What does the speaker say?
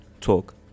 talk